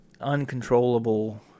uncontrollable